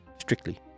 strictly